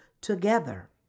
together